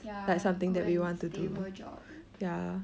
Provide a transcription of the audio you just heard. ya good and stable job